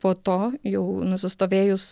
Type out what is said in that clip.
po to jau nusistovėjus